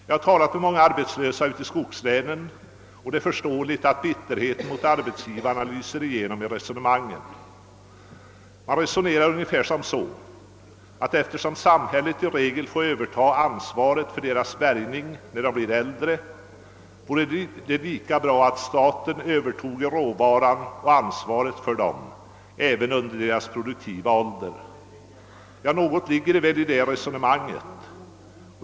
Jag har talat med många arbetslösa ute i skogslänen, och det är föreståeligt att bitterheten mot arbetsgivarna lyser igenom i resonemangen. Man resonerar så, att eftersom samhället i regel får överta ansvaret för deras bärgning när de blir äldre vore det lika bra att staten övertoge råvaran och ansvaret för dem även under deras produktiva ålder. Något ligger det väl i det resonemanget.